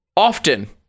Often